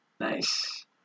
Nice